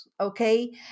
okay